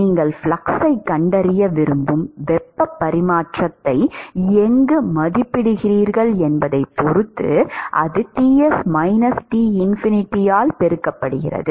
நீங்கள் ஃப்ளக்ஸைக் கண்டறிய விரும்பும் வெப்பப் பரிமாற்றத்தை எங்கு மதிப்பிடுகிறீர்கள் என்பதைப் பொறுத்து அது Ts T∞ ஆல் பெருக்கப்படுகிறது